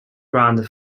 grand